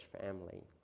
family